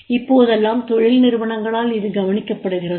இப்போதெல்லாம் தொழில் நிறுவனங்களால் இது கவனிக்கப்படுகிறது